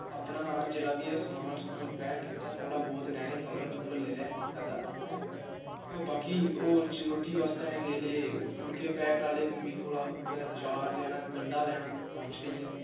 अपना जेह्ड़ा बी एह् समान समून पैक कीता थोह्ड़ा बौह्त रैह्ने कंबल कुम्बल लेई लेआ इक अद्धा ते बाकी होर रोटी बास्तै लेई असें लेई फुल्के पैक कराई ले मम्मी कोला कुतै अचार लैना गंढा लैना मर्च लेइयै